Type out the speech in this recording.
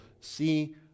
see